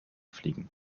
fliegen